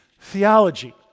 theology